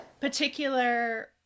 particular